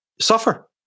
suffer